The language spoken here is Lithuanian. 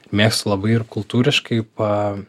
mėgstu labai ir kultūriškai pa